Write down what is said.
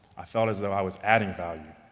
i felt as though i was adding value,